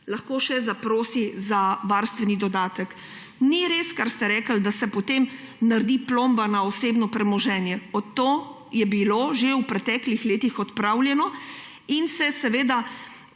lahko še zaprosi za varstveni dodatek. Ni res, kar ste rekli, da se potem naredi plomba na osebno premoženje. To je bilo že v preteklih letih odpravljeno. Na